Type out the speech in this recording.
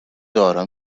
دارا